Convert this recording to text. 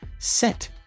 Set